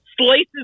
Slices